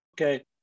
Okay